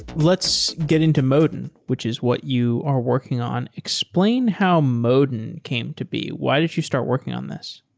let's get into modin, which is what you are working on. explain how modin came to be. why did you start working on this?